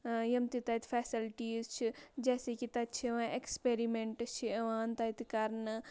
یِم تہِ تَتہِ فیسَلٹیٖز چھِ جیسے کہِ تَتہِ چھِ یِوان ایٚکٕسپیرِم۪نٛٹس چھِ یِوان تَتہِ کَرنہٕ